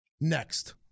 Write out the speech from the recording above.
next